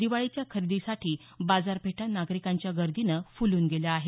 दिवाळीच्या खरेदीसाठी बाजारपेठा नागरिकांच्या गर्दीनं फुलून गेल्या आहेत